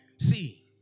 See